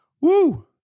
Woo